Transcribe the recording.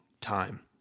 time